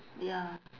ya